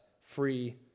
free